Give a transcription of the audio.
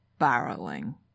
barreling